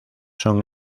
son